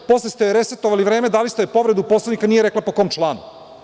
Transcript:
Posle ste joj resetovali vreme, dali ste joj povredu Poslovnika, nije rekla po kom članu.